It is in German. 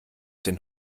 den